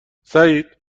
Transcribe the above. سعید